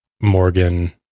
Morgan